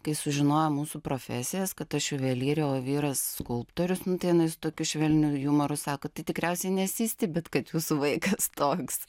kai sužinojo mūsų profesijas kad aš juvelyrė o vyras skulptorius nu tai jinai su tokiu švelniu jumoru sako tai tikriausiai nesistebit kad jūsų vaikas toks